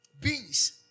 Beans